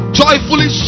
joyfully